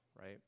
right